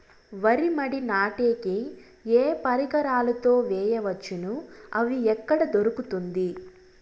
వరి మడి నాటే కి ఏ పరికరాలు తో వేయవచ్చును అవి ఎక్కడ దొరుకుతుంది?